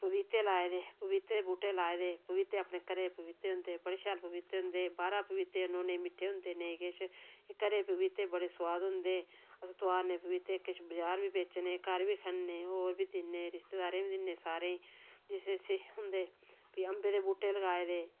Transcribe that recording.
पपीते लाए दे पपीते दे बूहटे लाए दे पपीते अपने घरै दे पपीते होंदे बड़े शैल पपीते होंदे बाह्रा पपीते आह्न्नो नेईं मिट्ठे होंदे नेईं किश घरै दे पपीते बड़े सुआद होंदे उस तोआरने पपीते किश बजार बी बेचने घर बी खन्ने होर बी दिन्ने रिश्तेदारें गी बी दिन्ने सारें गी जिसी जिसी होंदे फिर अम्बें दे बूहटे लगाए दे